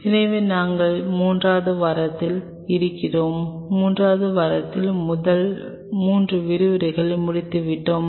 எனவே நாங்கள் மூன்றாவது வாரத்தில் இருக்கிறோம் மூன்றாவது வாரத்தின் முதல் 3 விரிவுரைகளை முடித்துவிட்டோம்